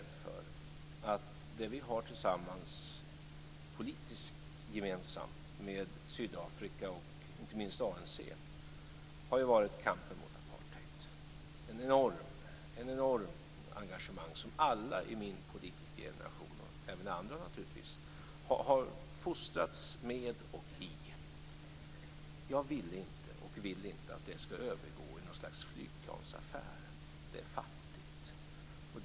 Det som vi har haft och har politiskt gemensamt med Sydafrika och inte minst ANC har varit kampen mot apartheid - ett enormt engagemang som alla i min politikergeneration och även andra har fostrats med och i. Jag ville inte att detta skulle övergå i något slags flygplansaffär.